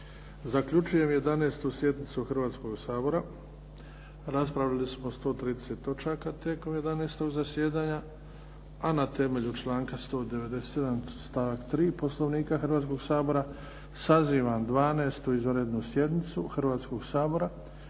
zaključujem 11. sjednicu Hrvatskoga sabora. Raspravili smo 130 točaka tijekom 11.-og zasjedanja a na temelju članka 197. stavak 3. Poslovnika Hrvatskoga sabora sazivam 12. izvanrednu sjednicu Hrvatskoga sabora